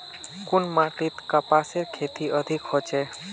कुन माटित कपासेर खेती अधिक होचे?